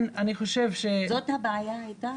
אני חושב ש --- זו הייתה הבעיה,